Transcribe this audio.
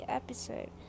episode